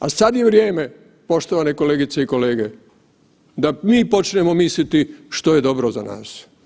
A sada je vrijeme poštovane kolegice i kolege da mi počnemo misliti što je dobro za nas.